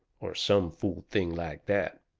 or some fool thing like that.